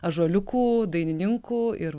ąžuoliukų dainininkų ir